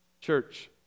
Church